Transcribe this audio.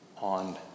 on